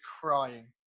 crying